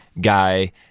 guy